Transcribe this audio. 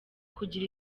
kugira